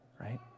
right